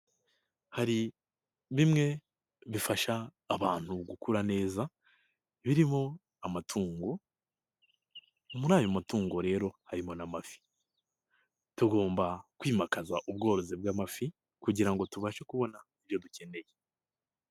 Hari bimwe bifasha abantu gukura neza birimo amatungo muri ayo matungo rero harimo n'amafi, tugomba kwimakaza ubworozi bw'amafi kugira ngo tubashe kubona ibyo dukeneye.